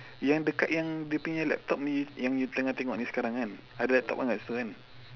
yang dekat yang dia punya laptop ini yang you tengah tengok ini sekarang kan ada laptop kan dekat situ kan